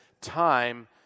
time